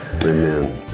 Amen